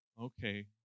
okay